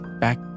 Back